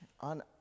on